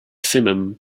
simum